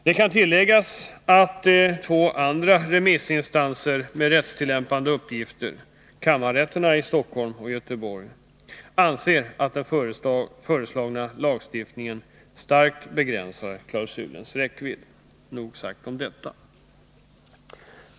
Det kan tilläggas att två andra remissinstanser med rättstillämpande uppgifter, kammarrätterna i Stockholm och Göteborg, anser att den föreslagna lagstiftningen starkt begränsar klausulens räckvidd. Nog sagt om detta.